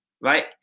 right